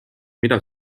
mida